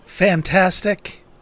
fantastic